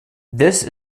this